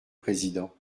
président